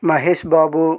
Mahesh Babu